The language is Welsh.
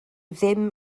ddim